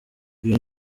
uyu